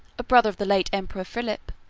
a brother of the late emperor philip,